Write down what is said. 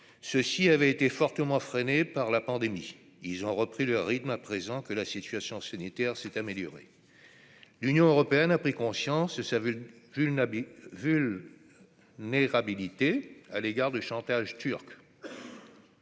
ceux-ci avaient été fortement freinée par la pandémie, ils ont repris leur rythme à présent que la situation sanitaire s'est améliorée, l'Union européenne a pris conscience de ça, Jules Nabet vu le nerf habilité à l'égard de chantage turc,